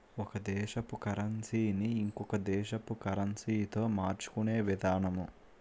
ఒక దేశపు కరన్సీ ని ఇంకొక దేశపు కరెన్సీతో మార్చుకునే విధానము